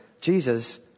jesus